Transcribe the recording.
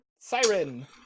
Siren